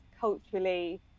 culturally